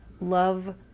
Love